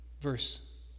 Verse